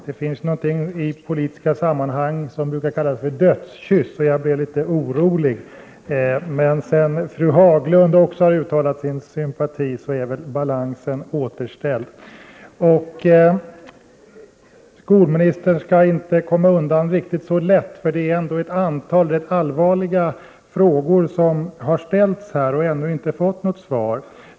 Det finns någonting i politiska sammanhang som brukar kallas dödskyss, och jag blev litet orolig, men sedan fru Haglund också har uttalat sin sympati är väl balansen återställd. Skolministern skall inte komma undan riktigt så lätt, därför att det är ett antal rätt allvarliga frågor som har ställts och ännu inte fått något svar.